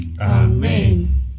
Amen